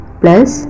plus